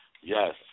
Yes